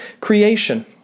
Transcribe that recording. creation